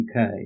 UK